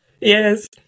Yes